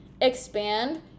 expand